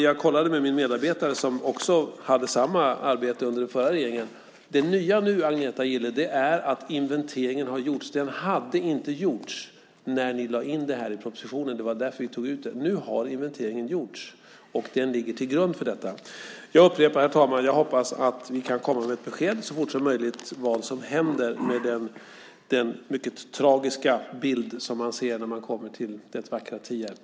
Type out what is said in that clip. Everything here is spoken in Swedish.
Jag kollade med min medarbetare som hade samma arbete under den förra regeringen. Det var fel på en punkt. Det nya nu, Agneta Gille, är att inventeringen har gjorts. Den hade inte gjorts när ni lade in detta i propositionen. Det var därför vi tog ut den. Nu har inventeringen gjorts och den ligger till grund för detta. Herr talman! Jag upprepar att jag hoppas att vi kan komma med ett besked så fort som möjligt om vad som händer med den mycket tragiska bild som man ser när man kommer till det vackra Tierp.